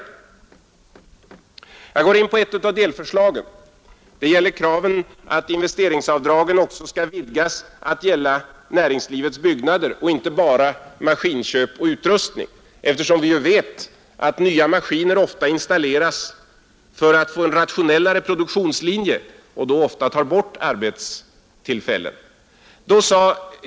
RT d : Onsdagen den Jag går in på ett av delförslagen, nämligen kravet att investeringsav 3 november: 1971 dragen skall vidgas till att gälla också näringslivets byggnader och inte — bara köp av maskiner och utrustning. Vi vet ju att nya maskiner inte Allmänpolitisk sällan installeras för att man skall få en rationellare produktionslinje och debatt då ofta tar bort arbetstillfällen.